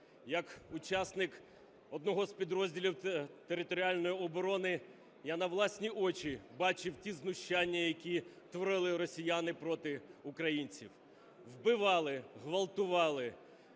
Як учасник одного з підрозділів територіальної оборони я на власні очі бачив ті знущання, які творили росіяни проти українців: вбивали, ґвалтували,